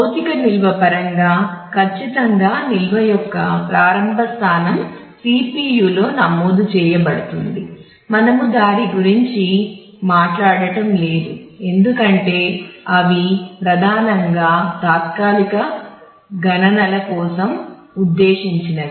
భౌతిక నిల్వ పరంగా ఖచ్చితంగా నిల్వ యొక్క ప్రారంభ స్థానం CPU లో నమోదు చేయబడుతుంది మనము దాని గురించి మాట్లాడటం లేదు ఎందుకంటే అవి ప్రధానంగా తాత్కాలిక గణనల కోసం ఉద్దేశించినవి